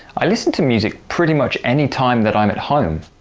i listen to music pretty much any time that i'm at home.